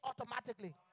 automatically